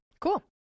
Cool